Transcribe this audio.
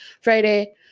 Friday